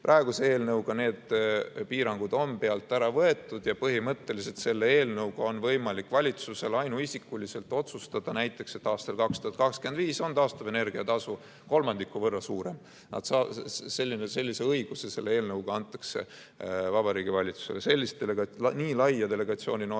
Praeguse eelnõuga need piirangud on pealt ära võetud ja põhimõtteliselt selle eelnõuga on võimalik valitsusel ainuisikuliselt otsustada, et näiteks aastal 2025 on taastuvenergia tasu kolmandiku võrra suurem. Selline õigus selle eelnõuga antakse Vabariigi Valitsusele. Nii laia delegatsiooninormi